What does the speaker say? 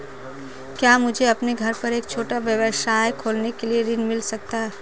क्या मुझे अपने घर पर एक छोटा व्यवसाय खोलने के लिए ऋण मिल सकता है?